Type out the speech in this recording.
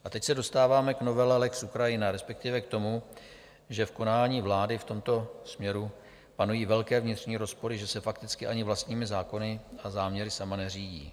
A teď se dostáváme k novele lex Ukrajina, respektive k tomu, že v konání vlády v tomto směru panují velké vnitřní rozpory, že se fakticky ani vlastními zákony a záměry sama neřídí.